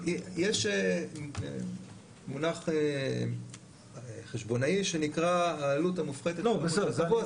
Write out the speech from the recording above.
יש מונח חשבונאי שנקבע העלות המופחתת של הרכוש הקבוע,